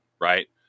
right